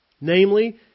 namely